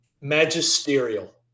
magisterial